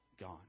gone